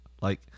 like-